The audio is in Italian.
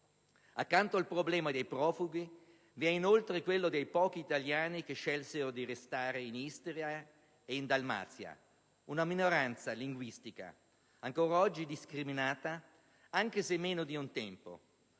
Accanto al problema dei profughi, vi è inoltre quello dei pochi italiani che scelsero di restare in Istria e in Dalmazia, una minoranza linguistica ancora oggi discriminata, anche se meno di un tempo.